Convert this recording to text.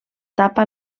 tapa